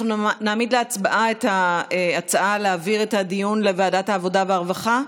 אנחנו נעמיד להצבעה את ההצעה להעביר את הדיון לוועדת העבודה והרווחה,